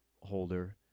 holder